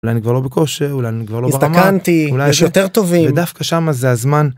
אולי אני כבר לא בכושר, אולי אני כבר לא ברמה. הזדקנתי, יש יותר טובים. ודווקא שמה זה הזמן